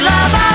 Love